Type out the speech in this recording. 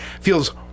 feels